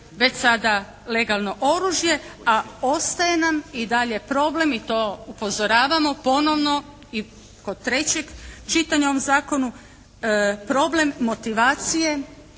već sada legalno oružje a ostaje nam i dalje problem i to upozoravamo ponovno i kod trećeg čitanja u ovom zakonu problem motivacije